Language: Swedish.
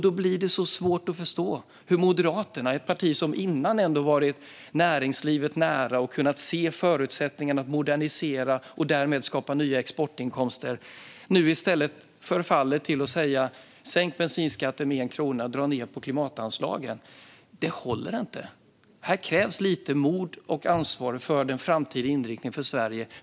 Då blir det svårt att förstå att Moderaterna, ett parti som tidigare har stått näringslivet nära och kunnat se förutsättningarna för att modernisera och därmed skapa nya exportinkomster - nu i stället säger: Sänk bensinskatten med 1 krona, och dra ned på klimatanslagen! Det håller inte. Det krävs lite mod och ansvar för den framtida inriktningen för Sverige.